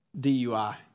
DUI